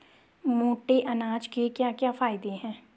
मोटे अनाज के क्या क्या फायदे हैं?